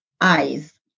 eyes